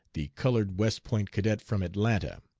the colored west point cadet from atlanta.